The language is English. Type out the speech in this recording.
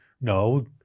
no